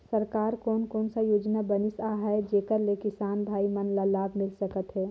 सरकार कोन कोन सा योजना बनिस आहाय जेकर से किसान भाई मन ला लाभ मिल सकथ हे?